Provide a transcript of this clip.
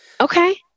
Okay